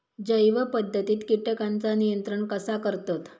जैव पध्दतीत किटकांचा नियंत्रण कसा करतत?